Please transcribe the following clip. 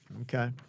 Okay